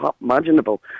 imaginable